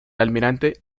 almirante